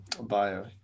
bio